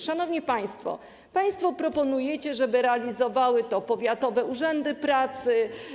Szanowni państwo, państwo proponujecie, żeby realizowały to powiatowe urzędy pracy.